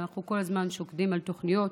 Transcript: ואנחנו כל הזמן שוקדים על תוכניות